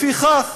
לפיכך,